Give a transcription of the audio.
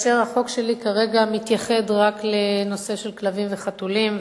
החוק שלי כרגע מתייחד רק לנושא כלבים וחתולים,